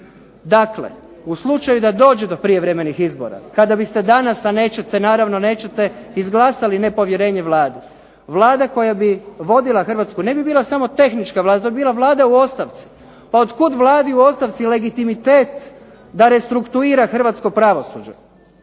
Dakle u slučaju da dođe do prijevremenih izbora, kada biste danas, a nećete, naravno nećete izglasali nepovjerenje Vladi, Vlada koja bi vodila Hrvatsku ne bi bila samo tehnička Vlada, to bi bila Vlada u ostavci. Pa otkud Vladi u ostavci legitimitet da restuktuira hrvatsko pravosuđe?